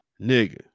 nigga